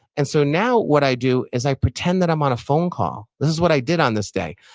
and so now, what i do is i pretend that i'm on a phone call. this is what i did on this day.